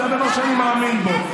זה הדבר שאני מאמין בו.